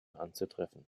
anzutreffen